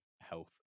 health